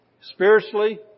spiritually